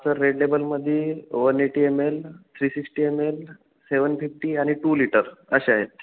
sir red लेबलमध्ये one eighty M L three sixty M L seven fifty आणि two litre असे आहेत